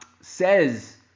says